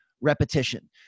repetition